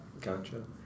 Gotcha